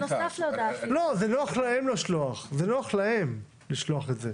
נוח לרשות המקומית לשלוח את זה.